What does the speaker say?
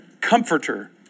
comforter